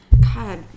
God